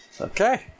Okay